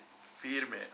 firme